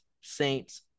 Saints